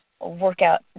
workout